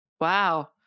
Wow